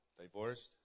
divorced